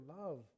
love